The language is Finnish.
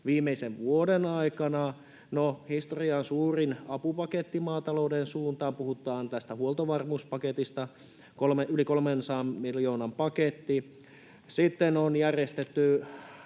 viimeisen vuoden aikana? No, historian suurin apupaketti maatalouden suuntaan, puhutaan tästä huoltovarmuuspaketista, yli 300 miljoonan paketti. Sitten on järjestetty